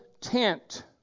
tent